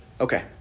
Okay